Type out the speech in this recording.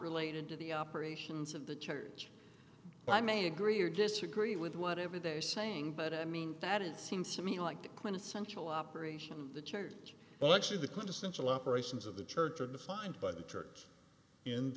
related to the operations of the church but i may agree or disagree with whatever they're saying but i mean that it seems to me like the quintessential operation the church but actually the quintessential operations of the church are defined by the church